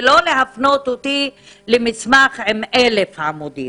ולא להפנות אותי למסמך עם 1,000 עמודים.